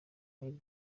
hari